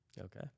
Okay